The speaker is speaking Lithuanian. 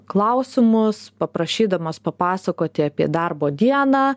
klausimus paprašydamas papasakoti apie darbo dieną